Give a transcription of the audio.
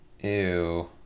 Ew